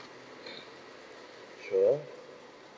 sure